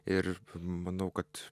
ir manau kad